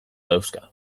dauzka